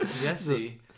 jesse